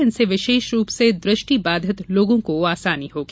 इनसे विशेष रूप से दृष्टि बाधित लोगों को आसानी होगी